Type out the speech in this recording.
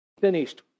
finished